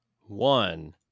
One